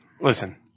listen